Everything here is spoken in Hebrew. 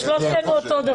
שלושתנו אותו דבר.